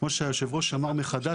כמו שאמר יושב הראש,